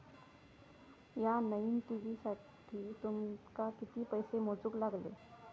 या नईन टी.व्ही साठी तुमका किती पैसे मोजूक लागले?